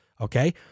okay